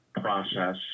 process